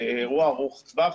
זה אירוע ארוך-טווח.